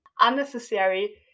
unnecessary